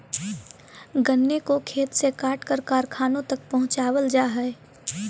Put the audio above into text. गन्ने को खेत से काटकर कारखानों तक पहुंचावल जा हई